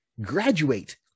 graduate